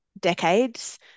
decades